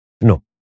no